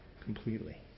completely